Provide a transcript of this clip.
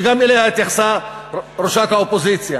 שגם אליה התייחסה ראשת האופוזיציה,